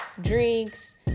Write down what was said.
Drinks